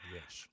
Yes